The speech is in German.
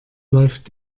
läuft